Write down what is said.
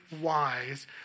wise